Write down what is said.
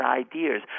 ideas